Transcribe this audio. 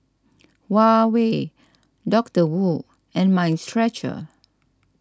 Huawei Doctor Wu and Mind Stretcher